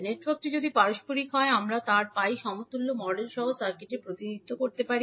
নেটওয়ার্কটি যদি পারস্পরিক হয় আমরা তার পাই সমতুল্য মডেল সহ সার্কিটের প্রতিনিধিত্ব করতে পারি